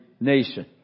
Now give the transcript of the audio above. nation